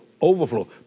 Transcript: overflow